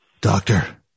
doctor